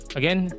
again